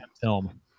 film